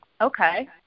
Okay